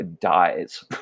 dies